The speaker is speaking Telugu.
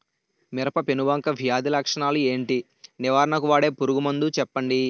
మిరప పెనుబంక వ్యాధి లక్షణాలు ఏంటి? నివారణకు వాడే పురుగు మందు చెప్పండీ?